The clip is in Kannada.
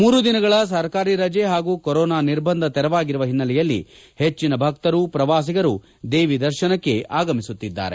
ಮೂರು ದಿನಗಳ ಸರ್ಕಾರಿ ರಜೆ ಹಾಗೂ ಕೊರೋನಾ ನಿರ್ಬಂಧ ತೆರವಾಗಿರುವ ಹಿನ್ನೆಲೆಯಲ್ಲಿ ಹೆಚ್ಚಿನ ಭಕ್ತರು ಪ್ರವಾಸಿಗರು ದೇವಿ ದರ್ಶನಕ್ಕೆ ಆಗಮಿಸುತ್ತಿದ್ದಾರೆ